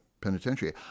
penitentiary